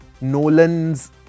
Nolan's